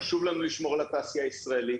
חשוב לנו לשמור על התעשייה הישראלית,